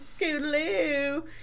Scootaloo